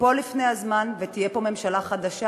תיפול לפני הזמן ותהיה פה ממשלה חדשה,